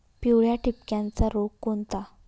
पिवळ्या ठिपक्याचा रोग कोणता?